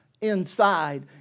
inside